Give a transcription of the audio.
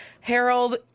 Harold